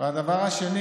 והדבר השני